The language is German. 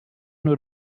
nur